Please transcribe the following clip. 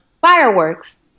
fireworks